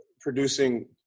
producing